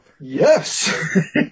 Yes